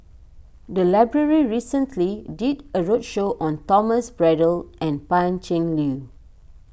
the library recently did a roadshow on Thomas Braddell and Pan Cheng Liu